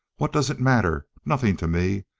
what does it matter? nothing to me!